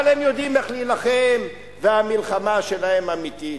אבל הם יודעים איך להילחם, והמלחמה שלהם אמיתית.